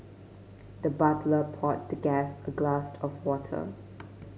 the butler poured the guest a glass of water